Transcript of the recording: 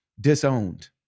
disowned